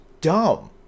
dumb